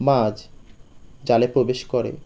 মাছ জালে প্রবেশ করে